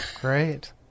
Great